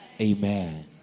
Amen